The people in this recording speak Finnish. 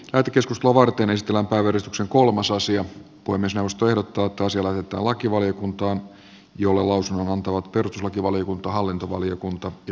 ai te keskus nuorten estellä yhdistyksen kolmas asia voi myös lakivaliokuntaan jolle perustuslakivaliokunnan hallintovaliokunnan ja puolustusvaliokunnan on annettava lausunto